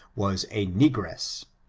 was a negress.